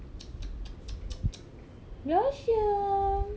blossom